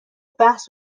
بحث